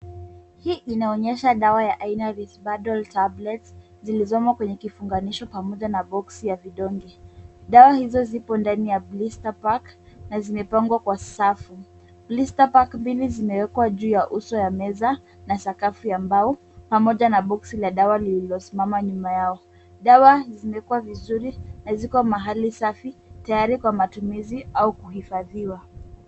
Hii inaonyesha dawa ya aina Risperdal Tablets, zilizomo kwenye kifungamisho, pamoja na boksi ya kidonge. Dawa hizo zipo ndani ya blister pack , na zimepangwa kwa safu. Blister pack mbili zimewekwa juu ya uso ya meza, na sakafu ya mbao, pamoja na boksi la dawa lililosimama nyuma yao. Dawa zimekuwa vizuri, na ziko mahali safi, tayari kwa matumizi au kuhifadhiwa.